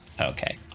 Okay